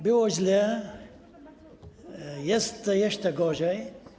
Było źle, jest jeszcze gorzej.